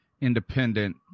independent